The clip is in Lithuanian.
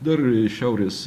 dar šiaurės